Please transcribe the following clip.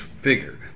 figure